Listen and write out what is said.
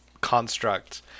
construct